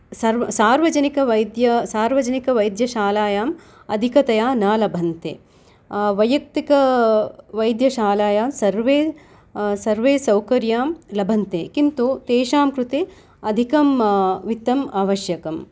सर्व सार्वजनिकवैत्य सार्वजनिकवैद्यशालायाम् अधिकतया न लभन्ते वैयक्तिकवैद्यशालायाः सर्वे सर्वे सौकर्यं लभन्ते किन्तु तेषां कृते अधिकं वित्तम् आवश्यकम्